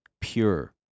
pure